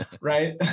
right